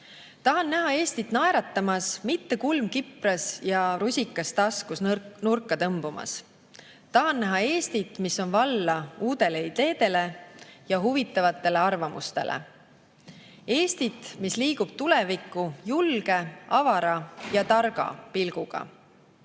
Tahan näha Eestit naeratamas, mitte kulm kipras ja rusikas taskus nurka tõmbumas. Tahan näha Eestit, mis on valla uutele ideedele ja huvitavatele arvamustele. Eestit, mis liigub tulevikku julge, avara ja targa pilguga. Eestil